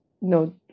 no